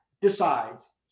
decides